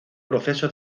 proceso